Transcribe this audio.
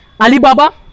Alibaba